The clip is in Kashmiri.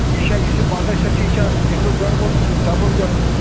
یہِ چھا یہِ پنٛداہ شَتھ چھُ یہِ چھا سِنٛگٕل بیٚڈ وول کِنہٕ ڈَبُل بیٚڈ وول